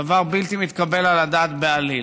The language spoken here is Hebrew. דבר בלתי מתקבל על הדעת בעליל.